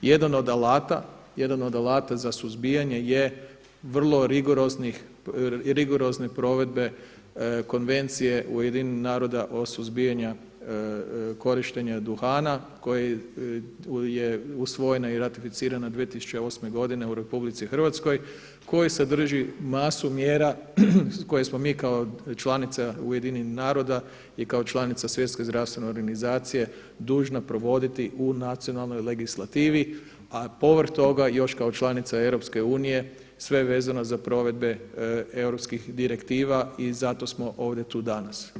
Jedan od alata za suzbijanje je vrlo rigorozne provedbe Konvencije UN-a o suzbijanju korištenja duhana koja je usvojena i ratificirana 2008. godine u RH, koji sadrži masu mjera koje smo mi kao članica UN-a i kao članica Svjetske zdravstvene organizacije dužna provoditi u nacionalnoj legislativi, a povrh toga još kao članica EU sve vezano za provedbe europskih direktiva i zato smo ovdje tu danas.